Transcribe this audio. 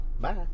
Bye